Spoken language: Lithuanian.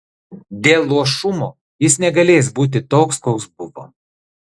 dėl luošumo jis negalės būti toks koks buvo